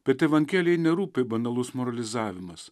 bet evangelijai nerūpi banalus moralizavimas